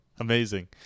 Amazing